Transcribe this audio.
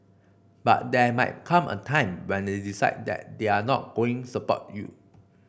but there might come a time when they decide that they're not going support you